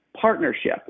Partnership